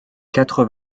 quatre